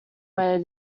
where